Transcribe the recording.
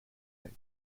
type